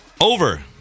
over